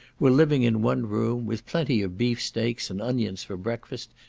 were living in one room, with plenty of beef-steaks and onions for breakfast,